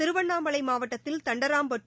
திருவண்ணாமலை மாவட்டத்தில் தண்டராம்பட்டு